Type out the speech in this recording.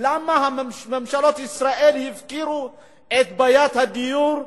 למה ממשלות ישראל הפקירו את בעיית הדיור,